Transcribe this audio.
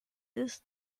ist